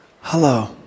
Hello